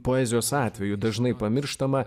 poezijos atveju dažnai pamirštama